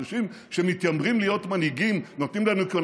אנשים שמתיימרים להיות מנהיגים נותנים לנו כאן